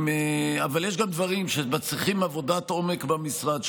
אבל יש גם דברים שמצריכים עבודת עומק במשרד,